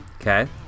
Okay